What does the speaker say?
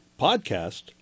Podcast